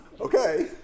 okay